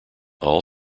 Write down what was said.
all